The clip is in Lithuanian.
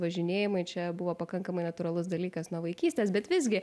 važinėjimai čia buvo pakankamai natūralus dalykas nuo vaikystės bet visgi